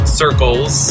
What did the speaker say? circles